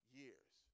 years